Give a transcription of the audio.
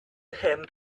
him